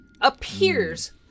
appears